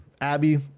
Abby